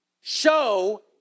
show